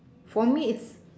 for me is